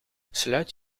sluit